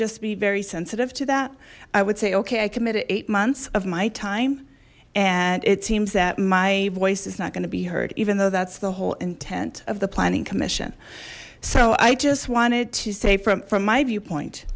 just be very sensitive to that i would say ok i committed eight months of my time and it seems that my voice is not going to be heard even though that's the whole intent of the planning commission so i just wanted to say from from my viewpoint